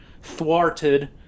thwarted